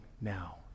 now